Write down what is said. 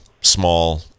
small